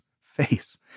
face